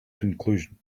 conclusion